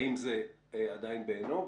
האם זה עדיין בעינו?